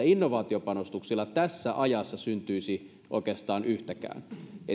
innovaatiopanostuksilla tässä ajassa syntyisi oikeastaan yhtäkään